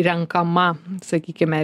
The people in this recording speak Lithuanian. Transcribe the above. renkama sakykime